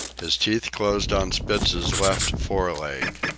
his teeth closed on spitz's left fore leg.